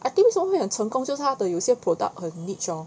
I think 为什么会很成功就是他的有些 product 很 niche lor